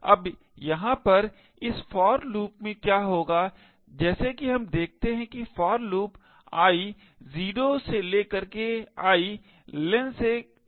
अब यहां पर इस for लूप में क्या होगा जैसे कि हम देखते हैं कि for लूप I 0 से लेकर i len से एक कम तक चलता है